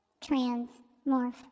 trans-morph